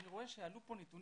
אני רואה שעלו כאן נתונים.